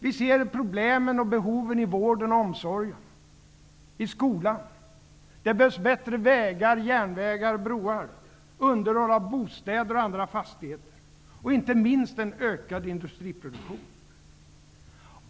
Vi ser problemen och behoven i vården och omsorgen, i skolan. Det behövs bättre vägar, järnvägar och broar, underhåll av bostäder och andra fastigheter och inte minst en ökad industriproduktion.